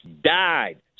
died